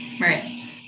Right